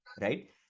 right